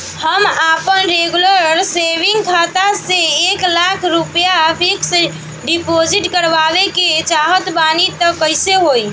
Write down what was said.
हम आपन regular saving खाता से एक लाख रुपया फिक्स डिपॉज़िट करवावे के चाहत बानी त कैसे होई?